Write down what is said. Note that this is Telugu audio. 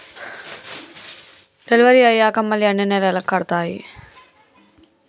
డెలివరీ అయ్యాక మళ్ళీ ఎన్ని నెలలకి కడుతాయి?